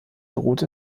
route